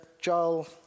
Joel